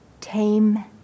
tame